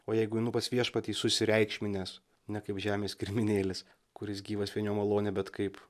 o jeigu einu pas viešpatį susireikšminęs ne kaip žemės kirminėlis kuris gyvas vien jo malone bet kaip